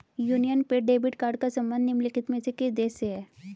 Union पे debit card का संबंध निम्नलिखित में से किस देश से है?